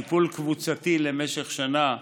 טיפול קבוצתי למשך שנה,